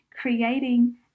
creating